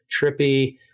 trippy